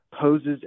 poses